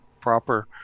proper